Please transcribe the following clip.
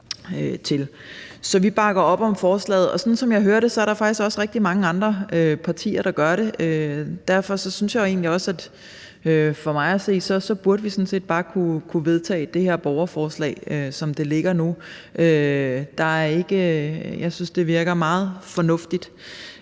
Vi bakker op om forslaget. Og sådan som jeg hører det, er der faktisk også rigtig mange andre partier, der gør det. Derfor burde vi for mig at se bare kunne vedtage det her borgerforslag, som det ligger nu. Jeg synes, det virker meget fornuftigt.